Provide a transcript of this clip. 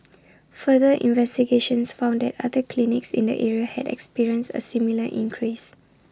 further investigations found that other clinics in the area had experienced A similar increase